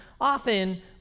often